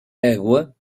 égua